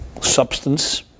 substance